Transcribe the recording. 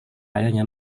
ayahnya